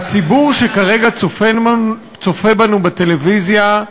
הציבור שכרגע צופה בנו בטלוויזיה,